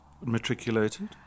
matriculated